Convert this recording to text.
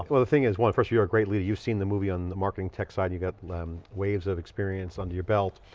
the thing is, one, first you're a great leader. you've seen the moving on the marking tech side. you've got waves of experience under your belt.